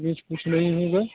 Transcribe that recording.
बीच कुछ नहीं होगा